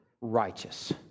righteous